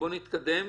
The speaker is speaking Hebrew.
בואו נתקדם.